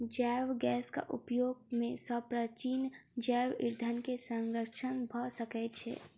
जैव गैसक उपयोग सॅ प्राचीन जैव ईंधन के संरक्षण भ सकै छै